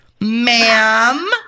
ma'am